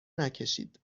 نکشید